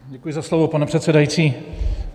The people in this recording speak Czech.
Děkuji za slovo, pane předsedající.